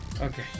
Okay